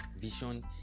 Vision